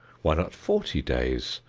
why not forty days?